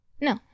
No